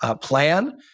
plan